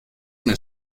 mir